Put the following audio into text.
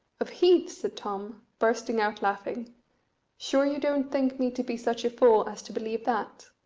of heath! said tom, bursting out laughing sure you don't think me to be such a fool as to believe that?